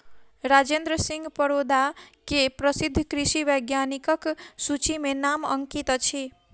राजेंद्र सिंह परोदा के प्रसिद्ध कृषि वैज्ञानिकक सूचि में नाम अंकित अछि